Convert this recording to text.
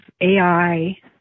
AI